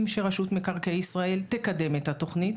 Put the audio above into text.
שרשות מקרקעי ישראל תקדם את התוכנית,